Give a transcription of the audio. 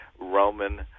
Roman